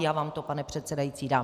Já vám to, pane předsedající, dám.